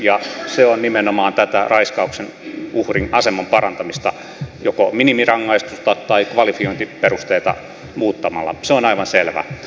ja se on nimenomaan tätä raiskauksen uhrin aseman parantamista joko minimirangaistusta tai kvalifiointiperusteita muuttamalla se on aivan selvä